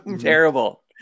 terrible